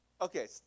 Okay